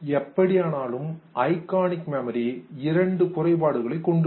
எப்படியானாலும் iconic memory இரண்டு குறைபாடுகளைக் கொண்டுள்ளது